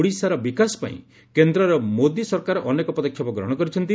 ଓଡ଼ିଶାର ବିକାଶ ପାଇଁ କେନ୍ଦର ମୋଦି ସରକାର ଅନେକ ପଦକ୍ଷେପ ଗ୍ରହଣ କରିଛନ୍ତି